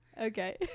Okay